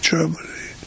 Germany